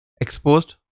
exposed